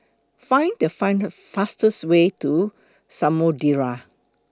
Find The Find Her fastest Way to Samudera